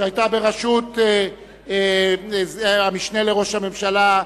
שהיתה בראשות המשנה לראש הממשלה,